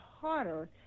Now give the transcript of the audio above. harder